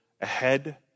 ahead